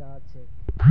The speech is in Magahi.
जाछेक